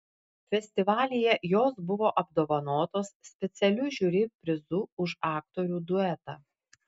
festivalyje jos buvo apdovanotos specialiu žiuri prizu už aktorių duetą